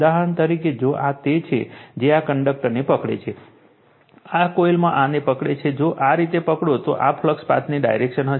ઉદાહરણ તરીકે જો આ તે છે જે આ કંડક્ટરને પકડે છે આ કોઇલ આને પકડે છે જો આ રીતે પકડો તો આ ફ્લક્સ પાથની ડાયરેક્શન હશે